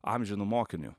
amžinu mokiniu